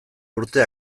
urte